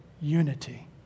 unity